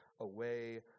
away